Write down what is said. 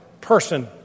person